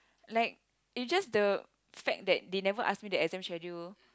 like is just the fact that they never ask me the exam schedule